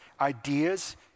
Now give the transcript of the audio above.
ideas